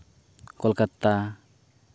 Kolkata